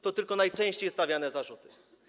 To tylko najczęściej stawiane zarzuty.